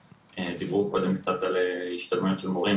דיברו קודם על השתלמויות של מורים,